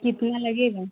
कितना लगेगा